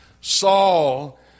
Saul